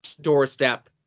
doorstep